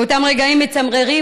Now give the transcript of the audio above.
באותם רגעים מצמררים,